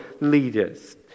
leaders